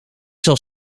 zal